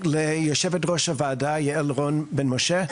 ליושבת ראש הוועדה יעל רון בן משה.